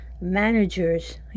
managers